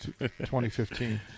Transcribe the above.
2015